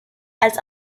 als